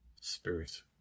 spirit